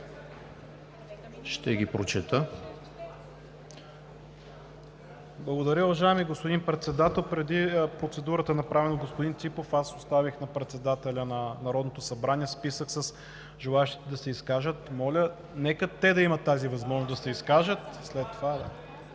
Ще ги прочета.